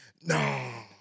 No